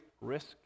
risk